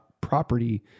property